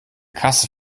kasse